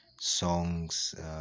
songs